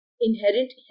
inherent